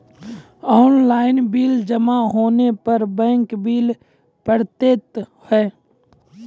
Online bill जमा होने पर बैंक बिल पड़तैत हैं?